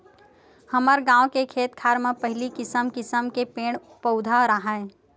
हमर गाँव के खेत खार म पहिली किसम किसम के पेड़ पउधा राहय